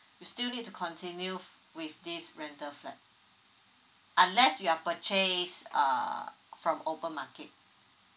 you'll still need to continue f~ with this rental flat unless you have purchased err from open market